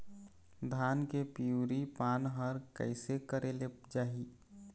धान के पिवरी पान हर कइसे करेले जाही?